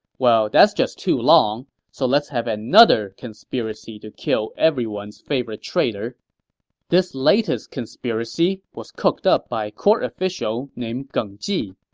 well, that's just too long, so let's have another conspiracy to kill everyone's favorite traitor this latest conspiracy was cooked up by a court official named geng ji.